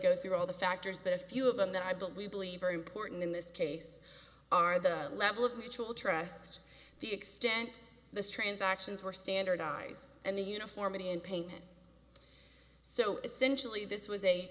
go through all the factors that a few of them that i believe believe very important in this case are the level of mutual trust the extent the transactions were standardize and the uniformity and payment so essentially this was a